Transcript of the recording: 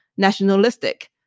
nationalistic